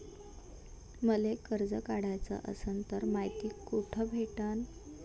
मले कर्ज काढाच असनं तर मायती कुठ भेटनं?